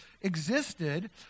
existed